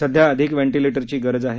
सध्या अधिक व्हेंटिलेटरची गरज आहे